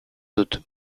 dut